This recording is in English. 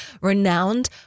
Renowned